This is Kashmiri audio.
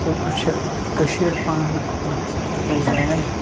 یِتھَے پٲٹھۍ چھِ کٔشیٖر پانہٕ اَکھ زَبَردَس جاے